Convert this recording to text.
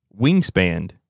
Wingspan